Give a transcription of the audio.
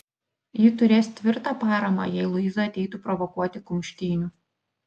ji turės tvirtą paramą jei luiza ateitų provokuoti kumštynių